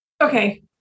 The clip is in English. Okay